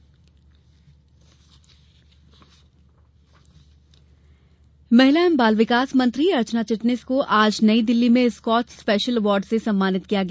award महिला बाल विकास मंत्री अर्चना चिटनिस को आज नई दिल्ली में स्कॉच स्पेशल अवार्ड से सम्मानित किया गया